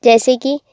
जैसे कि